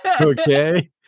Okay